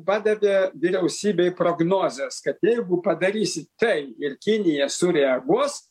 padavė vyriausybei prognozes kad jeigu padarysi tai ir kinija sureaguos